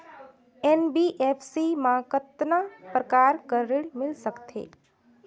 NBFC मा कतना प्रकार कर ऋण मिल सकथे?